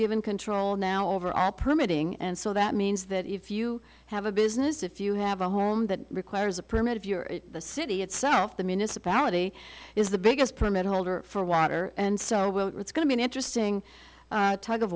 given control now over our permitting and so that means that if you have a business if you have a home that requires a permit if you're the city itself the municipality is the biggest permit holder for water and so it's going to be an interesting